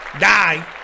die